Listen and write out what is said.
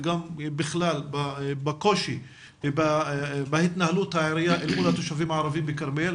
וגם בכלל בקושי בהתנהלות העירייה אל מול התושבים הערבים בכרמיאל.